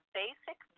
basic